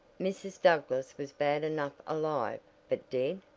mrs. douglass was bad enough alive but dead!